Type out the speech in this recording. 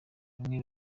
bamwe